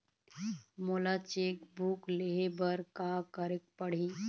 मोला cheque book लेहे बर का केरेक पढ़ही?